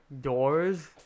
doors